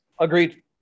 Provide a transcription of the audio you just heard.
Agreed